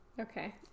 Okay